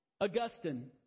augustine